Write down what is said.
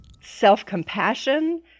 self-compassion